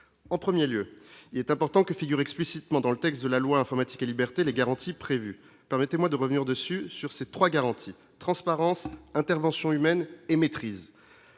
en 1er lieu il est important que figure explicitement dans le texte de la loi Informatique et Libertés, les garanties prévues, permettez-moi de revenir dessus, sur ces trois transparence intervention humaine et maîtrise.